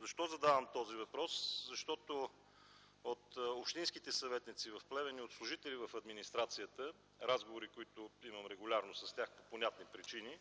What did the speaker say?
Защо задавам този въпрос? Защото от общинските съветници в Плевен и от служители в администрацията – разговори, които имам регулярно с тях по понятни причини,